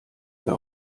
mehr